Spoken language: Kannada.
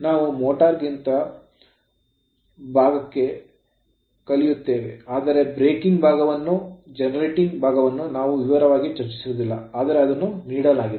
ನಾವು ಮೋಟಾರಿಂಗ್ ಭಾಗದ ಬಗ್ಗೆ ಕಲಿಯುತ್ತೇವೆ ಆದರೆ breaking ಭಾಗವನ್ನು ಅಥವಾ generating ಉತ್ಪಾದಿಸುವ ಭಾಗವನ್ನು ನಾವು ವಿವರವಾಗಿ ಚರ್ಚಿಸುವುದಿಲ್ಲ ಆದರೆ ಅದನ್ನು ನೀಡಲಾಗಿದೆ